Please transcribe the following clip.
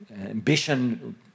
ambition